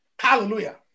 Hallelujah